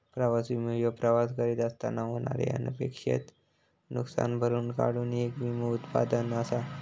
प्रवास विमो ह्यो प्रवास करीत असताना होणारे अनपेक्षित नुसकान भरून काढूक येक विमो उत्पादन असा